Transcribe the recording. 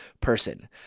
person